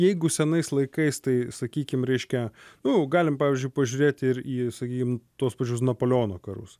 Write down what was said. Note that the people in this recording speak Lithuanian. jeigu senais laikais tai sakykim reiškia nu galim pavyzdžiui pažiūrėt ir į sakykim tuos pačius napoleono karus